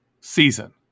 season